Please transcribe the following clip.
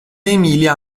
emilia